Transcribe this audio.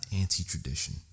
anti-tradition